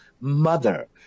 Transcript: mother